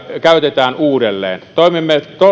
käytetään uudelleen toimimme